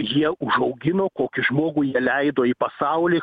jie užaugino kokį žmogų jie leido į pasaulį